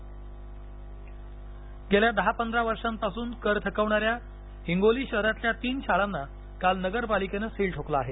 हिंगोली शाळा गेल्या दहा पंधरा वर्षापासून कर थकवणाऱ्या हिंगोली शहरातील तीन शाळांना काल नगरपालिकेनं सील ठोकलं आहे